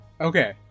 Okay